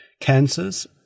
cancers